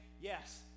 yes